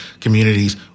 communities